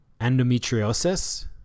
endometriosis